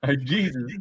Jesus